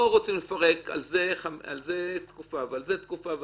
לא רוצים לפרק על זה תקופה ועל זה תקופה,